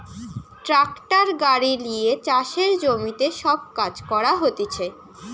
tractor গাড়ি লিয়ে চাষের জমিতে সব কাজ করা হতিছে